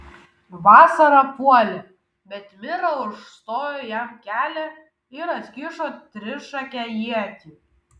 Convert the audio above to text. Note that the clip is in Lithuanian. vasara puolė bet mira užstojo jam kelią ir atkišo trišakę ietį